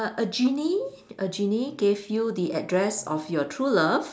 a genie a genie gave you the address of your true love